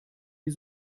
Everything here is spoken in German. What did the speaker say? die